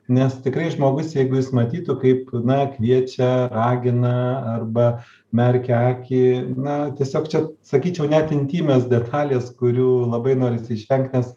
nes tikrai žmogus jeigu jis matytų kaip na kviečia ragina arba merkia akį na tiesiog čia sakyčiau net intymios detalės kurių labai norisi išvengt nes